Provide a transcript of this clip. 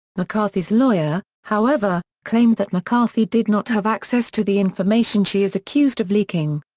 mccarthy's lawyer, however, claimed that mccarthy did not have access to the information she is accused of leaking.